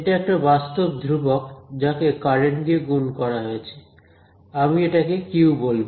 এটা একটা বাস্তব ধ্রুবক যাকে কারেন্ট দিয়ে গুণ করা হয়েছে আমি এটাকে কিউ বলবো